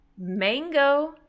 mango